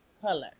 color